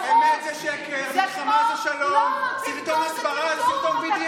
אני מגינה על ישראל ואתה מוצא את עצמך מזדהה עם ה-BDS?